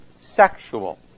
Sexual